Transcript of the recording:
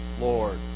Lord